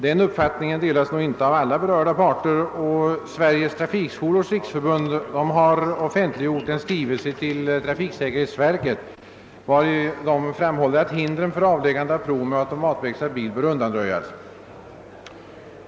Denna uppfattning delas inte av alla berörda parter, och Sveriges trafikskolors riksförbund har i en offentliggjord skrivelse till trafiksäkerhetsverket framhållit att hindren för avläggande av prov med automatväxlad bil bör undanröjas.